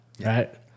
Right